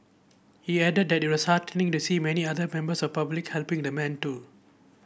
he added that it was heartening to see many other members of public helping the man too